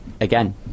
again